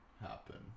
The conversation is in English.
happen